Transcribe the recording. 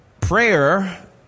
Prayer